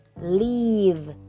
leave